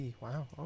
Wow